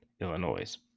Illinois